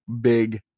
big